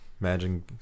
imagine